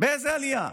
באיזו עלייה?